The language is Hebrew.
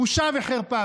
בושה וחרפה.